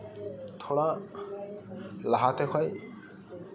ᱛᱷᱚᱲᱟ ᱞᱟᱦᱟᱛᱮ ᱠᱷᱚᱱ